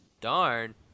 darn